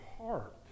heart